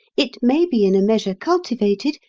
it may be in a measure cultivated,